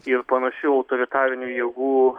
ir panašių autoritarinių jėgų